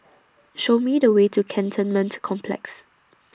Show Me The Way to Cantonment Complex